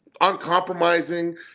uncompromising